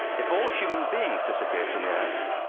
if all human beings disappeared from the earth,